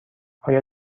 آیا